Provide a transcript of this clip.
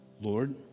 Lord